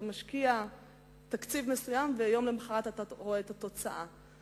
משקיע תקציב מסוים ולמחרת אתה רואה את התוצאה.